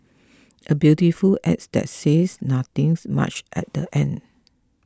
a beautiful ads that says nothing's much at the end